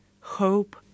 hope